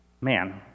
Man